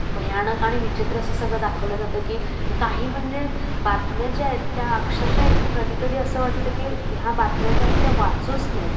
भयानक आणि विचित्र असं सगळं दाखवलं जातं की काही म्हणजे बातम्या ज्या आहेत त्या अक्षरशः एक कधीकधी असं वाटतं की ह्या बातम्या ज्या आहेत त्या वाचूच नयेत